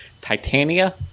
Titania